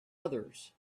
others